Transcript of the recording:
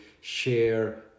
share